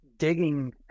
Digging